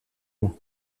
loin